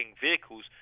vehicles